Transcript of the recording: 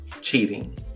cheating